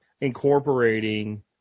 incorporating